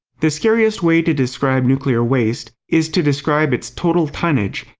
the scariest way to describe nuclear waste, is to describe its total tonnage,